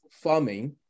farming